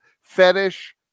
fetish